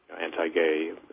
anti-gay